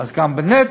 אז גם בנטל,